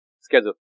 schedule